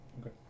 Okay